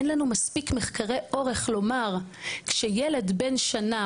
אין לנו מספיק מחקרי אורך לומר שילד שנולד